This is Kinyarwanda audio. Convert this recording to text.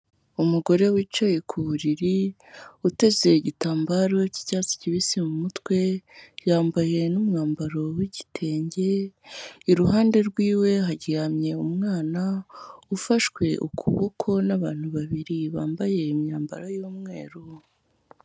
Umugore wicaye ku buriri uteze igitambaro cy'icyatsi kibisi mu mutwe, yambaye n'umwambaro w'igitenge, iruhande rwiwe haryamye umwana ufashwe ukuboko n'abantu babiri bambaye imyambaro y'umweru.